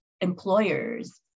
employers